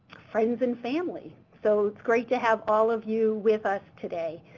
friends and family, so it's great to have all of you with us today.